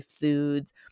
Foods